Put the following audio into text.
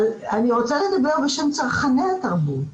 אבל אני רוצה לדבר בשם צרכני התרבות.